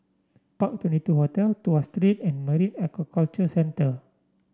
Park Twenty two Hotel Tuas Street and Marine Aquaculture Centre